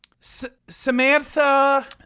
Samantha